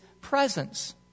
presence